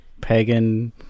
pagan